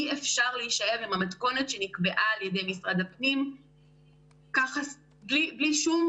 אי אפשר להישאר עם המתכונת שנקבעה על ידי משרד הפנים בלי שום